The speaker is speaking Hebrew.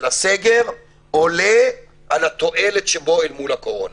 הסגר עולה על התועלת שבו אל מול הקורונה.